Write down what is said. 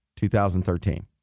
2013